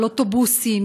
על אוטובוסים,